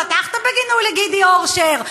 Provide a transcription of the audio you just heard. פתחת בגינוי לגידי אורשר,